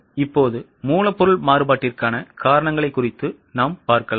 இப்போது மூலப்பொருள்மாறுபாட்டிற்கானகாரணங்கள்குறித்து பார்ப்போம்